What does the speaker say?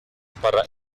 para